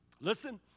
Listen